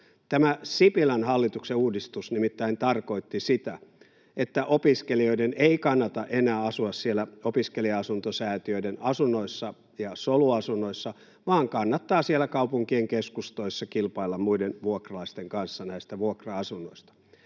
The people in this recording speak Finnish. Tämä Sipilän hallituksen uudistus nimittäin tarkoitti sitä, että opiskelijoiden ei kannata enää asua siellä opiskelija-asuntosäätiöiden asunnoissa ja soluasunnoissa vaan kannattaa siellä kaupunkien keskustoissa kilpailla muiden vuokralaisten kanssa vuokra-asunnoista.